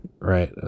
Right